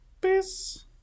peace